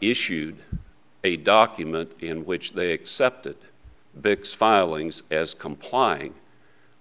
issued a document in which they accepted big filings as complying